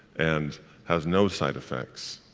and has no side effects,